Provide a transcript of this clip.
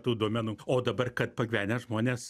tų duomenų o dabar kad pagyvenę žmonės